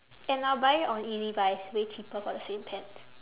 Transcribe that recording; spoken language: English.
and I'll buy it on ezbuy it's way cheaper for the same pants